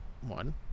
one